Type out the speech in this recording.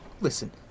Listen